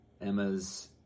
Emma's